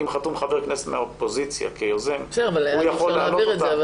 אם חתום חבר כנסת מהאופוזיציה כיוזם הוא יכול להעלות אותה.